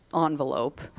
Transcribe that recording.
envelope